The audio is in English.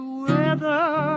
weather